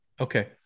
Okay